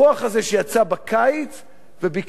שיצא בקיץ וביקש שינוי.